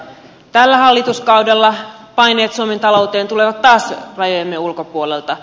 tällä hallituskaudella paineet suomen talouteen tulevat taas rajojemme ulkopuolelta